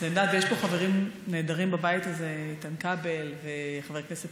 יש פה חברים נהדרים בבית הזה: חבר הכנסת